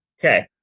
Okay